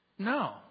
No